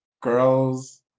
girls